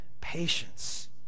patience